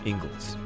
Ingalls